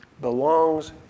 belongs